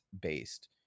based